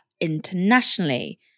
internationally